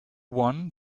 one